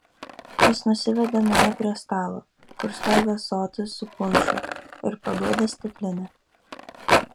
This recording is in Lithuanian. jis nusiveda mane prie stalo kur stovi ąsotis su punšu ir paduoda stiklinę